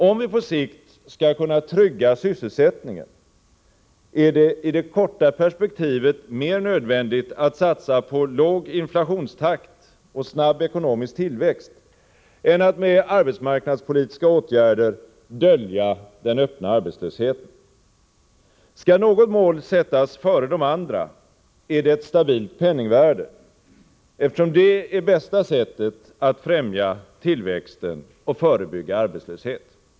Om vi på sikt skall kunna trygga sysselsättningen är det i det korta perspektivet mer nödvändigt att satsa på låg inflationstakt och snabb ekonomisk tillväxt än att med arbetsmarknadspolitiska åtgärder dölja den öppna arbetslösheten. Skall något mål sättas före de andra är det ett stabilt penningvärde, eftersom det är det bästa sättet att främja tillväxten och förebygga arbetslöshet.